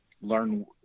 learn